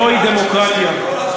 זוהי דמוקרטיה.